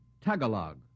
Tagalog